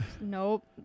Nope